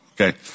Okay